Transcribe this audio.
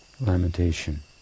lamentation